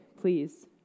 Please